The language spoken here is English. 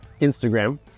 Instagram